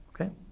okay